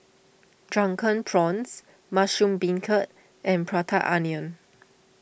Drunken Prawns Mushroom Beancurd and Prata Onion